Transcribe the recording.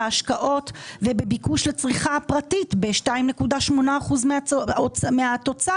בהשקעות ובביקוש לצריכה הפרטית ב-2.8% מהתוצר.